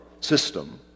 system